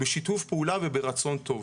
בשיתוף פעולה וברצון טוב.